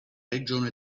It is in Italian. regione